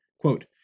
Quote